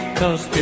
cause